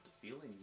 feelings